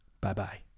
bye-bye